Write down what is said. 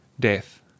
Death